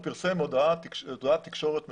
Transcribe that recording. הוא פרסם הודעת תקשורת מסודרת,